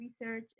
research